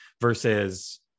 versus